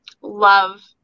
love